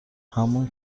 همون